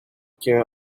chair